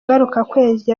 ngarukakwezi